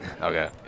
Okay